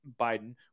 biden